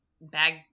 bag